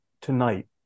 tonight